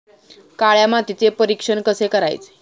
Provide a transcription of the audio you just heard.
काळ्या मातीचे परीक्षण कसे करायचे?